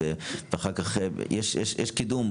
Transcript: יש קידום,